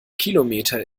kilometer